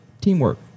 teamwork